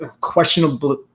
questionable –